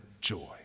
joy